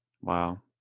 Wow